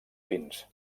fins